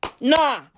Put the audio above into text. Nah